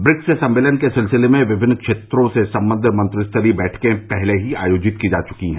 BRICS सम्मेलन के सिलसिले में विभिन्न क्षेत्रों से सम्बद्व मंत्रिस्तरीय बैठकें पहले ही आयोजित की जा चुकी हैं